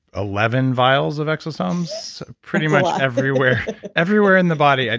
eleven vials of exosomes pretty much everywhere everywhere in the body. and